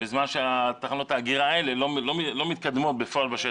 בזמן שתחנות האגירה האלה בפועל לא מתקדמות בשטח,